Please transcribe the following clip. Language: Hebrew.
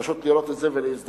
פשוט לראות את זה ולהזדעזע.